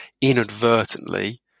inadvertently